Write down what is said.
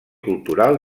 cultural